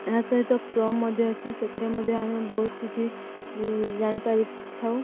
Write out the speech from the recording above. ଏହା ସହିତ କ୍ରୋମ୍ ମଧ୍ୟ ଅଛି ସେଥିରେ ମଧ୍ୟ ଆମେ ବହୁତ କିଛି ଜାଣିପାରିଥାଉ